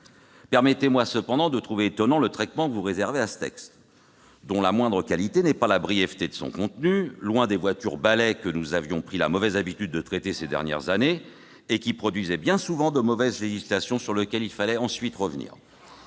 Permettez-moi cependant de trouver étonnant le traitement réservé à ce texte, dont la moindre qualité n'est pas la brièveté, loin des « voitures-balais » que nous avions pris la mauvaise habitude de traiter ces dernières années et qui produisaient bien souvent de mauvaises législations, sur lesquelles il fallait ensuite revenir.